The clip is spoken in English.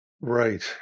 Right